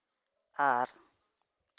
ᱟᱨ